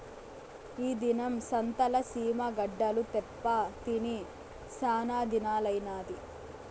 ఈ దినం సంతల సీమ గడ్డలు తేప్పా తిని సానాదినాలైనాది